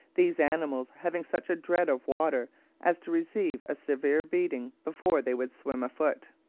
these animals having such a dread of water as to receive a severe beating before they would swim a foot.